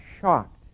shocked